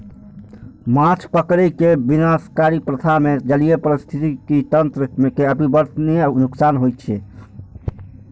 माछ पकड़ै के विनाशकारी प्रथा मे जलीय पारिस्थितिकी तंत्र कें अपरिवर्तनीय नुकसान होइ छै